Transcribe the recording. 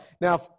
Now